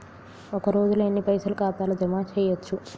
ఒక రోజుల ఎన్ని పైసల్ ఖాతా ల జమ చేయచ్చు?